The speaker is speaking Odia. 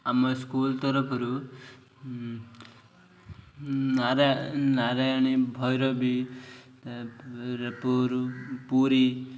ଆମ ସ୍କୁଲ ତରଫରୁ ନାରା ନାରାୟଣୀ ଭୈରବୀ ତା ପୁରୀ